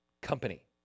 company